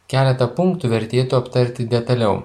keletą punktų vertėtų aptarti detaliau